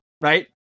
right